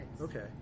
Okay